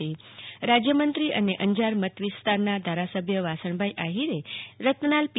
દરમિયાન રાજ્યમંત્રી અને અંજાર મત વિસ્તારના ધારાસભ્ય વાસણ ભાઈ આહિરે રતનાલ પી